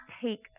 take